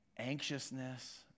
anxiousness